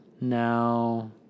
Now